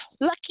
Lucky